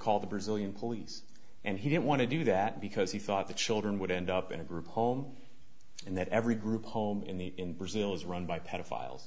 call the brazilian police and he didn't want to do that because he thought the children would end up in a group home and that every group home in brazil is run by pedophiles